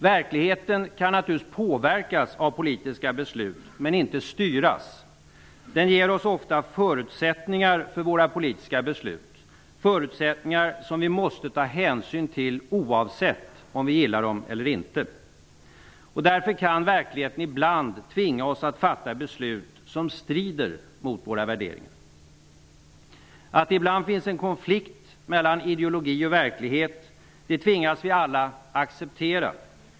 Verkligheten kan naturligtvis påverkas av politiska beslut men inte styras. Den ger oss ofta förutsättningar för våra politiska beslut, förutsättningar som vi måste ta hänsyn till oavsett om vi gillar dem eller inte. Därför kan verkligheten ibland tvinga oss att fatta beslut som strider mot våra värderingar. Att det ibland finns en konflikt mellan ideologin och verkligheten tvingas vi alla acceptera.